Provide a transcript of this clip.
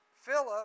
Philip